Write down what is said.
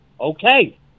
Okay